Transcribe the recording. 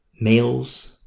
males